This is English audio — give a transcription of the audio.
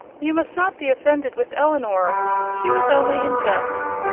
you must not be offended with elinor she was only in jest.